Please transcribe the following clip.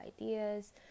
ideas